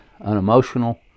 unemotional